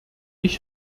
ich